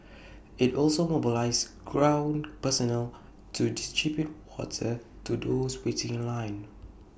IT also mobilised ground personnel to distribute water to those waiting in line